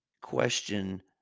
question